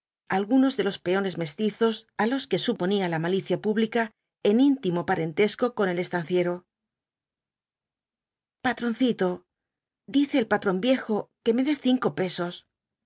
algunos de los peones mestizos á los que suponía la malicia pública en íntimo parentesco con el estanciero patroncito dice el patrón viejo que me dé cinco pesos